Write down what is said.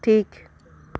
ᱴᱷᱤᱠ